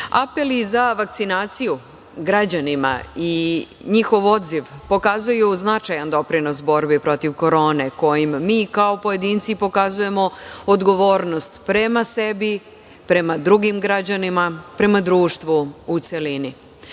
za vakcinaciju građanima i njihov odziv pokazuju značajan doprinos borbi protiv korone kojim mi kao pojedinci pokazujemo odgovornost prema sebi, prema drugim građanima, prema društvu u celini.S